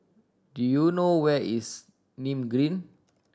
do you know where is Nim Green